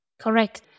Correct